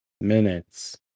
minutes